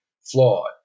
Flawed